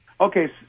okay